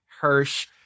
Hirsch